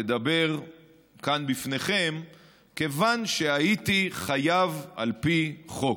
לדבר כאן בפניכם כיוון שהייתי חייב על פי חוק.